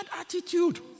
attitude